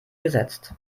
gesetzt